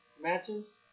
matches